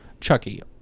Chucky